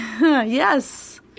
Yes